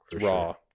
raw